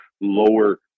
lower